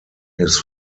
his